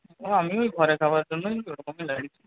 ও আমিও ওই ঘরে খাবার জন্যই ওরকমই লাগিয়েছি